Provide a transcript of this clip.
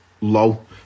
low